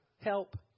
help